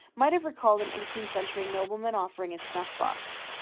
might have recalled an eighteenth-century nobleman offering his snuffbox.